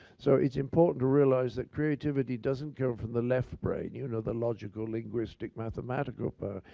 so it's important to realize that creativity doesn't come from the left brain, you know, the logical, linguistic, mathematical part.